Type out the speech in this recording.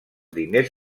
diners